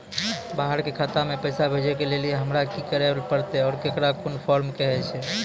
बाहर के खाता मे पैसा भेजै के लेल हमरा की करै ला परतै आ ओकरा कुन फॉर्म कहैय छै?